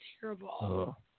terrible